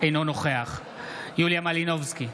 אינו נוכח יוליה מלינובסקי,